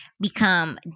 become